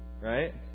right